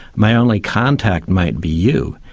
my only contact might be you,